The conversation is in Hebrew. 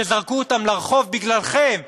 שזרקו אותם לרחוב בגללכם,